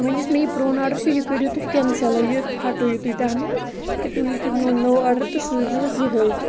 وۅنۍ یُس مےٚ یہِ پرٛون آرڈَر چھُ یہِ کٔرِو تُہۍ کینسَلٕے یہِ ہَٹٲیِو تُہۍ تَتھ منٛز کہِ تُہۍ لیٖکھِو میٛون نوٚو آرڈَر تہٕ سوٗزِِو حظ یِہَے